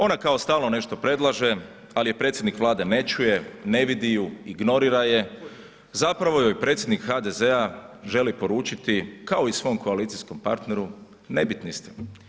Ona kao stalno nešto predlaže ali je predsjednik Vlade ne čuje, ne vidi ju, ignorira je, zapravo joj predsjednik HDZ-a želi poručiti kao i svom koalicijskom partneru, nebitni ste.